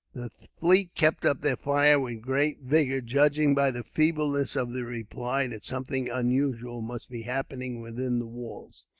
the fleet kept up their fire with great vigour judging, by the feebleness of the reply, that something unusual must be happening within the walls.